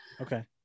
Okay